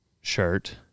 shirt